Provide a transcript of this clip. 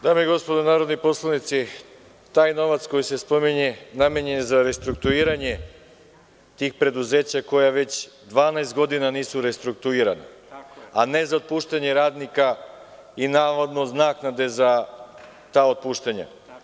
Dame i gospodo narodni poslanici, taj novac koji se spominje namenjen je za restrukturiranje tih preduzeća koja već 12 godina nisu restrukturirana, a ne za otpuštanje radnika i naknade za ta otpuštanja.